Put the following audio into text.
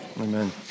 Amen